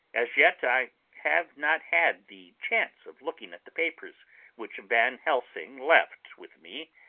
as yet i have not had the chance of looking at the papers which van helsing left with me,